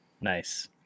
Nice